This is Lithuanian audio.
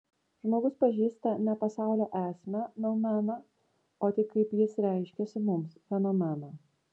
žmogus pažįsta ne pasaulio esmę noumeną o tik kaip jis reiškiasi mums fenomeną